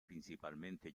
principalmente